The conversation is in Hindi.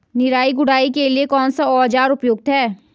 निराई गुड़ाई के लिए कौन सा औज़ार उपयुक्त है?